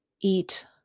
eat